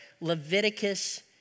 Leviticus